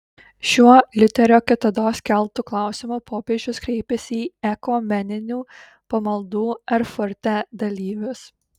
šiuo liuterio kitados keltu klausimu popiežius kreipėsi į ekumeninių pamaldų erfurte dalyvius